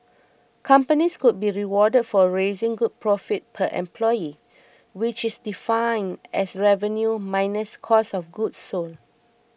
companies could be rewarded for raising gross profit per employee which is defined as revenue minus cost of goods sold